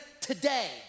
Today